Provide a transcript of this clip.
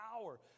power